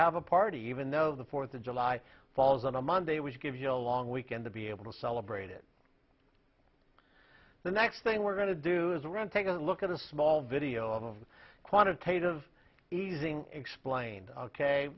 have a party even though the fourth of july falls on a monday which gives you a long weekend to be able to celebrate it the next thing we're going to do is run take a look at a small video of quantitative easing explained ok